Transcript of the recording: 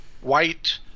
white